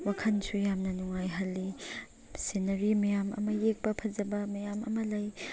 ꯋꯥꯈꯜꯁꯨ ꯌꯥꯝꯅ ꯅꯨꯡꯉꯥꯏꯍꯜꯂꯤ ꯁꯤꯅꯔꯤ ꯃꯌꯥꯝ ꯑꯃ ꯌꯦꯛꯄ ꯐꯖꯕ ꯃꯌꯥꯝ ꯑꯃ ꯂꯩ